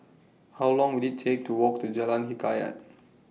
How Long Will IT Take to Walk to Jalan Hikayat